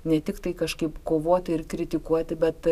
ne tiktai kažkaip kovoti ir kritikuoti bet